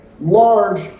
large